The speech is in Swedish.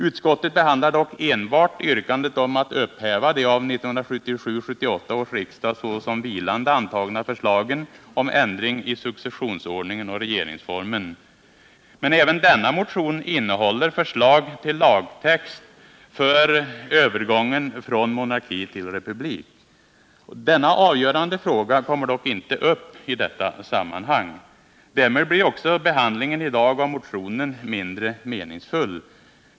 Utskottet behandlar dock enbart yrkandet om att upphäva de av 1977/78 års riksmöte såsom vilande antagna förslagen om ändring i successionsordningen och regeringsformen. Men även denna motion innehåller förslag till lagtext för övergång från monarki till republik. Denna avgörande fråga kommer dock inte upp i detta sammanhang. Därmed blir också behandlingen i dag av motionen mindre meningsfull.